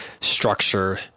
structure